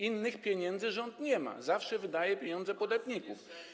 Innych pieniędzy rząd nie ma, zawsze wydaje pieniądze podatników.